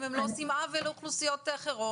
והאם הם לא עושים עוול לאוכלוסיות אחרות,